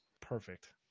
perfect